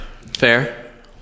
fair